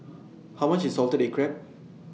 How much IS Salted Egg Crab